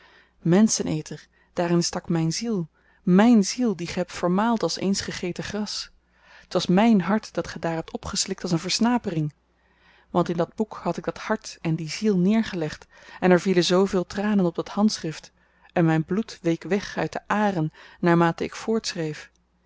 menscheneter daarin stak myn ziel myn ziel die ge hebt vermaald als eens gegeten gras t was myn hart dat ge daar hebt opgeslikt als een versnapering want in dat boek had ik dat hart en die ziel neergelegd en er vielen zooveel tranen op dat handschrift en myn bloed week weg uit de âren naarmate ik